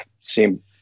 seem